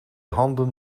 handen